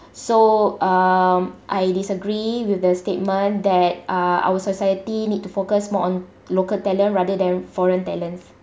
so um I disagree with the statement that uh our society need to focus more on local talent rather than foreign talent